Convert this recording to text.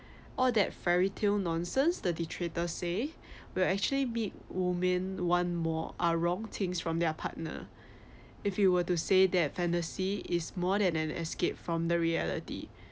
all that fairy tale nonsense the detractor say will actually be one more are wrong things from their partner if you were to say that fantasy is more than an escape from the reality